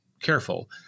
careful